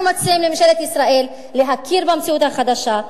אנחנו מציעים לממשלת ישראל להכיר במציאות החדשה,